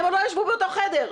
הם עוד לא ישבו באותו חדר.